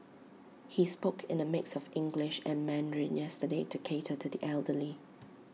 he spoke in A mix of English and Mandarin yesterday to cater to the elderly